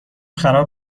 خراب